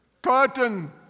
Curtain